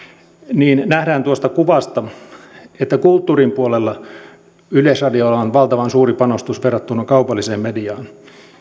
niin nähdään tuosta kuvasta että kulttuurin puolella yleisradiolla on valtavan suuri panostus verrattuna kaupalliseen mediaan